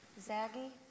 Zaggy